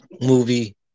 movie